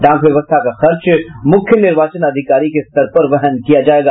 डाक व्यवस्था का खर्च मुख्य निर्वाचन अधिकारी के स्तर पर वहन किया जायेगा